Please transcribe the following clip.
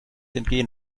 entgehen